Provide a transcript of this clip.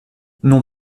non